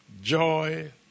Joy